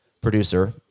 producer